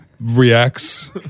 Reacts